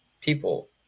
people